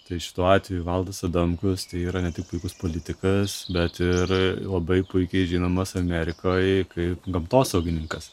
tai šituo atveju valdas adamkus yra ne tik puikus politikas bet ir labai puikiai žinomas amerikoj kaip gamtosaugininkas